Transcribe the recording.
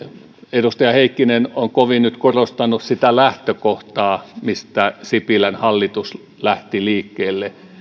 edustaja heikkinen on kovin nyt korostanut sitä lähtökohtaa mistä sipilän hallitus lähti liikkeelle